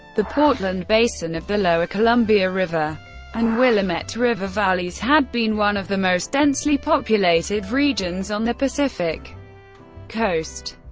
the portland basin of the lower columbia river and willamette river valleys had been one of the most densely populated regions on the pacific coast.